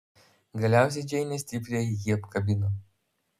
galiausiai džeinė stipriai jį apkabino